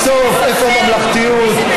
בסוף, איפה הממלכתיות?